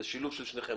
זה שילוב של שניכם.